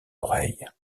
oreille